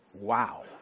wow